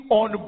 on